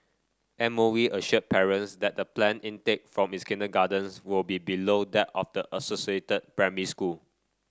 M O E assured parents that the planned intake from its kindergartens will be below that of the associated primary school